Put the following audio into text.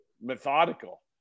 methodical